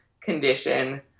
condition